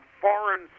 foreign